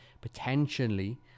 potentially